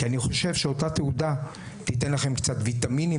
כי אני חושב שאותה תעודה תיתן לכם קצת ויטמינים